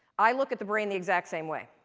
i look at the brain the exact same way.